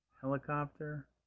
helicopter